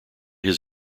his